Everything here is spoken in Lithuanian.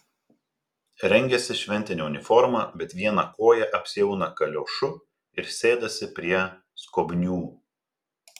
rengiasi šventine uniforma bet vieną koją apsiauna kaliošu ir sėdasi prie skobnių